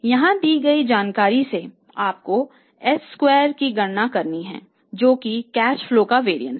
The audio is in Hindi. यहां दी गई जानकारी से आपको s स्क्वायर की गणना करनी है जो कि कैश फ्लो का वरिएंस है